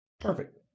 perfect